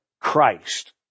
Christ